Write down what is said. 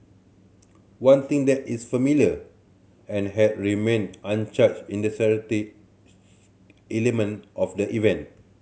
one thing that is familiar and has remained unchanged in the charity element of the event